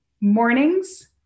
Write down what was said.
mornings